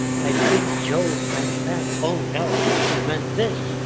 i think job meant that. oh no! he meant this.